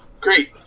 Great